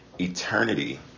eternity